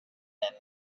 même